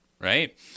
right